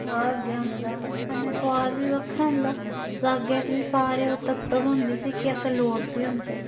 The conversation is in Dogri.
साग गै होंदा कन्नै सोआद बी बक्खरा होंदा सागै च बी ओह् सारे ओह् तत्व होंदे जेह्के असें लोड़दे होंदे